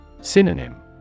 Synonym